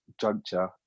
juncture